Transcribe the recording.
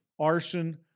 arson